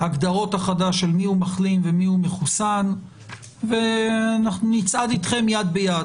ההגדרות החדש של מיהו מחלים ומיהו מחוסן ואנחנו נצעד איתכם יד ביד,